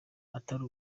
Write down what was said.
atari